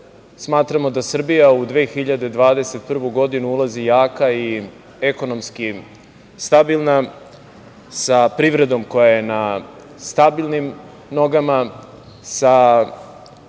smatramo da Srbija u 2021. godinu ulazi jaka i ekonomski stabilna sa privredom koja je na stabilnim nogama, sa